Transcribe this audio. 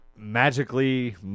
Magically